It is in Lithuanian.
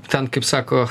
ten kaip sako